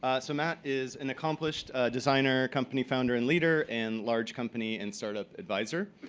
ah so matt is an accomplished designer, company founder, and leader, and large company and start-up advisor.